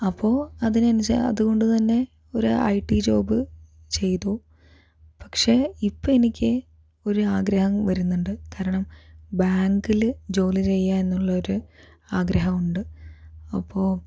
അപ്പോൾ അതിനനുസ അതുകൊണ്ട് തന്നെ ഒരു ഐടി ജോബ് ചെയ്തു പക്ഷെ ഇപ്പോൾ എനിക്ക് ഒരു ആഗ്രഹം വരുന്നുണ്ട് കാരണം ബാങ്കില് ജോലി ചെയ്യുക എന്നുള്ളൊരു ആഗ്രഹം ഉണ്ട് അപ്പോൾ